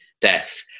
death